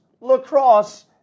lacrosse